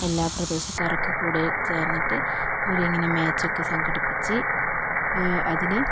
എല്ലാ പ്രദേശക്കാരൊക്കെ കൂടെ ചേർന്നിട്ട് ഇവരിങ്ങനെ മേച്ചൊക്കെ സംഘടിപ്പിച്ച് അതിൽ